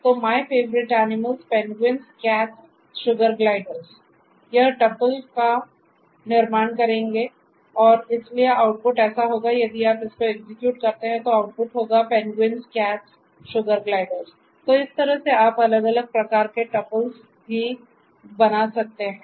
तो myfavouriteanimals यह tuple का निर्माण करेंगे और इसलिए आउटपुट ऐसा होगा यदि आप इसको एग्जीक्यूट करते हैं तो आउटपुट होगा तो इस तरह से आप अलग अलग प्रकार के टुपल्स भी बना सकते हैं